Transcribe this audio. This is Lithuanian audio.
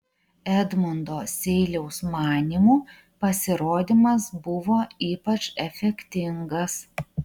edmundo seiliaus manymu pasirodymas buvo ypač efektingas